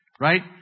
Right